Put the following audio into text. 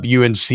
UNC